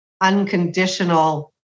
unconditional